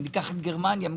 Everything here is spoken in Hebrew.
גרמניה.